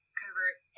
convert